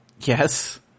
yes